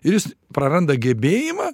ir jis praranda gebėjimą